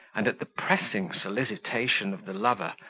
and at the pressing solicitation of the lover,